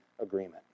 agreement